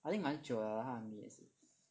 I think 蛮久了 lah 他 army 也是